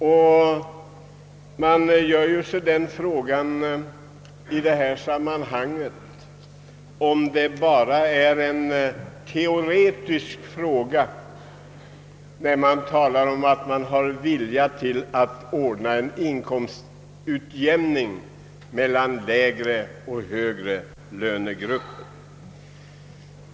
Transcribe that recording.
I detta sammanhang frågar man sig, om det bara är i teorin som man har en vilja att åstadkomma en inkomstutjämning mellan lågoch högavlönade.